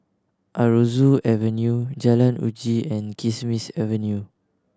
Aroozoo Avenue Jalan Uji and Kismis Avenue